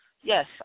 Yes